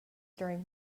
during